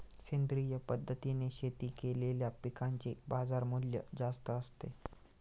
सेंद्रिय पद्धतीने शेती केलेल्या पिकांचे बाजारमूल्य जास्त असते